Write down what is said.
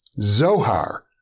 Zohar